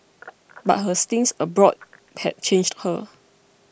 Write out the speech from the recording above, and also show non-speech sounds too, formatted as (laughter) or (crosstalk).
(noise) but her stints abroad had changed her